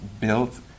built